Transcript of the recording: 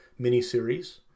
miniseries